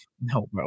no